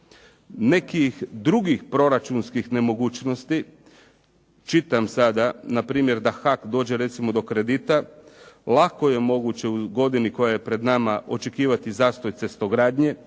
nekih drugih proračunskih nemogućnosti, čitam sada npr. da HAK dođe recimo do kredita, lako je moguće u godini koja je pred nama očekivati zastoj cestogradnje.